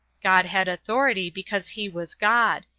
god had authority because he was god.